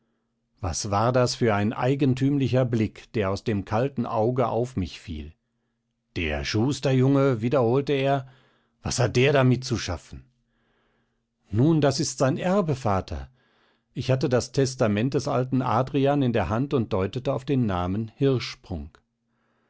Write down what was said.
was war das für ein eigentümlicher blick der aus dem kalten auge auf mich fiel der schusterjunge wiederholte er was hat der damit zu schaffen nun das ist sein erbe vater ich hatte das testament des alten adrian in der hand und deutete auf den namen